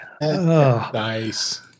nice